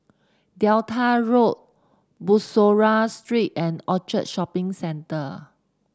Delta Road Bussorah Street and Orchard Shopping Centre